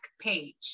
page